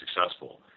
successful